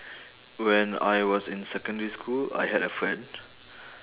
when I was in secondary school I had a friend